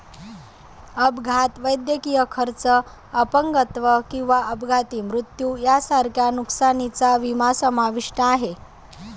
अपघात, वैद्यकीय खर्च, अपंगत्व किंवा अपघाती मृत्यू यांसारख्या नुकसानीचा विमा समाविष्ट आहे